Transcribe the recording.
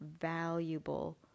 valuable